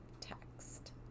text